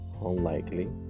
unlikely